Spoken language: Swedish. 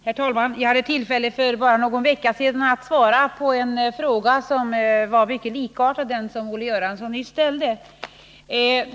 Herr talman! Jag hade tillfälle för bara någon vecka sedan att svara på en fråga som var mycket likartad den Olle Göransson nyss ställde.